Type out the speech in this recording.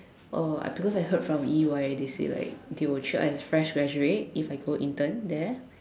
uh I because I heard from E_Y they say like they will treat as fresh graduate if I go intern there